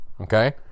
Okay